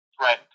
right